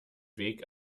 weg